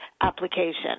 application